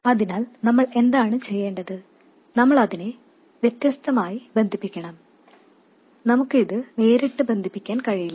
അതിനാൽ നമ്മൾ എന്താണ് ചെയ്യേണ്ടത് നമ്മൾ അതിനെ വ്യത്യസ്തമായി ബന്ധിപ്പിക്കണം നമുക്ക് ഇത് നേരിട്ട് ബന്ധിപ്പിക്കാൻ കഴിയില്ല